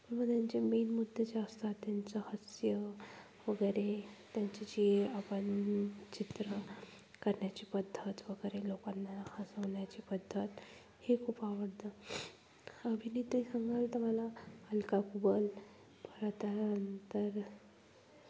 किंवा मग त्यांचे मेन मुद्दे जे असतात त्यांचं हास्य वगैरे त्यांची जी आपण चित्र करण्याची पद्धत वगैरे लोकांना हसवण्याची पद्धत हे खूप आवडतं अभिनेत्री सांगाल तर मला अलका कुबल परत त्यानंतर